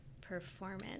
performance